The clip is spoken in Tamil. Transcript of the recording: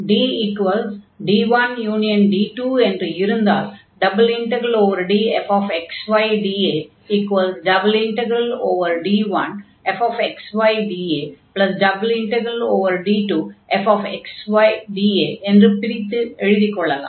DD1D2 என்று இருந்தால் ∬DfxydA∬D1fxydA∬D2fxydA என்று பிரித்து எழுதிக் கொள்ளலாம்